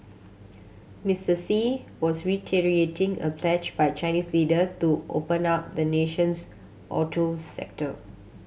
Mister Xi was reiterating a pledge by Chinese leader to open up the nation's auto sector